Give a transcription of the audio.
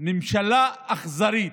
ממשלה אכזרית,